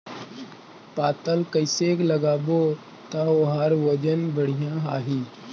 पातल कइसे लगाबो ता ओहार वजन बेडिया आही?